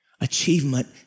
Achievement